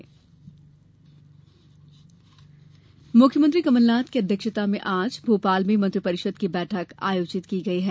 मंत्रिपरिषद बैठक मुख्यमंत्री कमलनाथ की अध्यक्षता में आज भोपाल में मंत्रिपरिषद की बैठक आयोजित की गई है